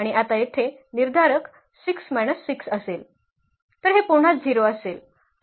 आणि आता येथे निर्धारक 6 6 असेल तर हे पुन्हा 0 असेल